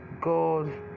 God